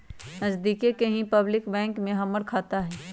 नजदिके के ही पब्लिक बैंक में हमर खाता हई